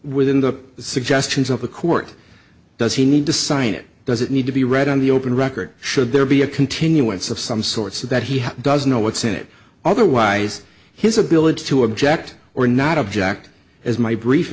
within the suggestions of the court does he need to sign it does it need to be read on the open record should there be a continuance of some sort so that he doesn't know what's in it otherwise his ability to object or not object as my brief